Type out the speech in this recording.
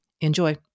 Enjoy